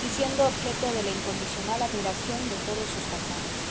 y siendo objeto de la incondicional admiración de todos sus paisanos